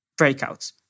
breakouts